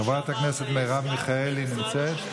חברת הכנסת מרב מיכאלי נמצאת?